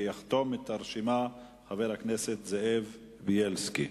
יחתום את הרשימה חבר הכנסת זאב בילסקי.